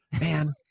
man